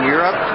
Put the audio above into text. Europe